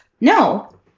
No